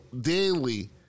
daily